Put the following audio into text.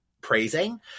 praising